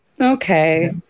okay